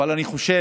אבל אני חושב